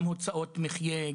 גם הוצאות מחיה,